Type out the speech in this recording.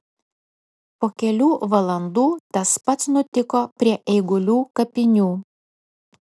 po kelių valandų tas pats nutiko prie eigulių kapinių